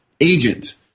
agent